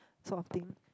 sort of thing